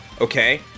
Okay